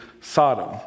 Sodom